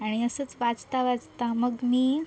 आणि असंच वाचता वाचता मग मी